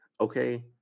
Okay